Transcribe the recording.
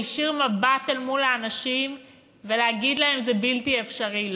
להישיר מבט אל מול האנשים ולהגיד להם: זה בלתי אפשרי?